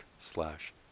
slash